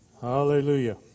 Hallelujah